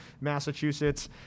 Massachusetts